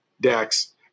Dax